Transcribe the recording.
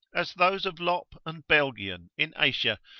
as those of lop and belgian in asia,